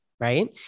Right